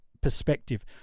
Perspective